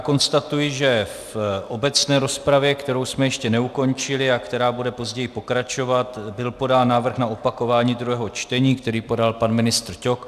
Konstatuji, že v obecné rozpravě, kterou jsme ještě neukončili a která bude později pokračovat, byl podán návrh na opakování druhého čtení, který podal pan ministr Ťok.